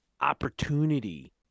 opportunity